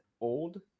old